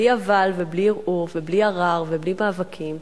בלי אבל ובלי ערעור ובלי ערר ובלי מאבקים,